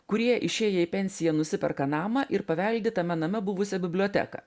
kurie išėję į pensiją nusiperka namą ir paveldi tame name buvusią biblioteką